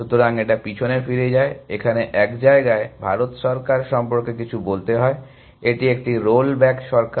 সুতরাং এটা পেছনে ফিরে যায় এখানে এক জায়গায় ভারত সরকার সম্পর্কে কিছু বলতে হয় এটি একটি রোল ব্যাক সরকার